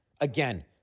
again